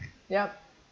yup